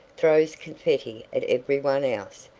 throws confetti at every one else,